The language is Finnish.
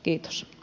kiitos